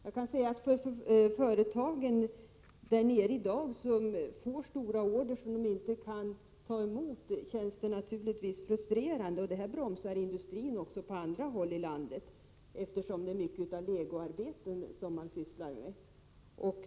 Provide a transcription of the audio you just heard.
Det känns naturligtvis frustrerande för företagen i Östbo—- Västboregionen som får stora order som de inte kan ta emot. Detta bromsar industrin också på andra håll i landet, eftersom man i denna region sysslar med mycket av legoarbeten.